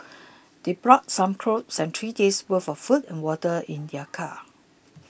they brought some clothes and three days' worth of food and water in their car